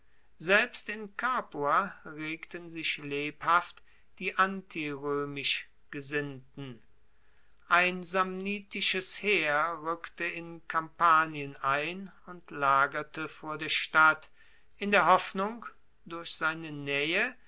selbst in capua regten sich lebhaft die antiroemisch gesinnten ein samnitisches heer rueckte in kampanien ein und lagerte vor der stadt in der hoffnung durch seine naehe